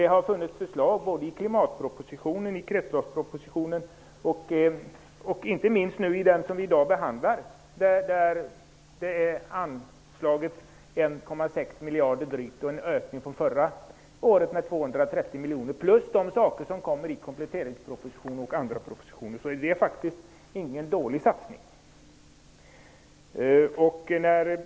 Det har funnits förslag både i klimatpropositionen och i kretsloppspropositionen och inte minst i den proposition som vi i dag behandlar, där det anslås drygt 1,6 miljarder, en ökning från förra året med 230 miljoner, plus de saker som kommer i kompletteringspropositionen och andra propositioner. Så det är faktiskt ingen dålig satsning.